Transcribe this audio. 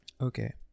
okay